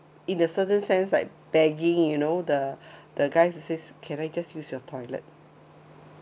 in a certain sense like begging you know the the guy says can I use your toilet